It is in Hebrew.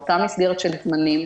באותה מסגרת של זמנים.